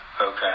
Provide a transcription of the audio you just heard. Okay